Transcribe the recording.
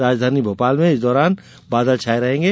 राजधानी भोपाल में भी इस दौरान बादल छाए रहेंगे